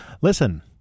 Listen